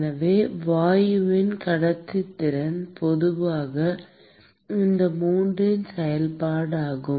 எனவே வாயுவின் கடத்துத்திறன் பொதுவாக இந்த மூன்றின் செயல்பாடாகும்